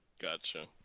Gotcha